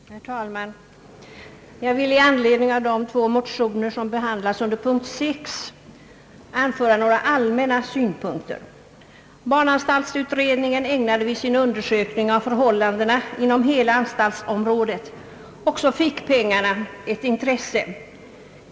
Herr talman! Jag vill i anledning av de motioner som behandlas under punkt 6 anföra några allmänna synpunkter. Barnanstaltsutredningen ägnade vid sin undersökning av förhållandena inom hela anstaltsområdet också fickpengarna ett intresse.